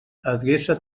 adreça